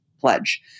pledge